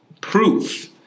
proof